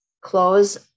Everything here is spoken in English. close